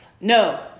No